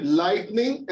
lightning